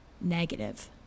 negative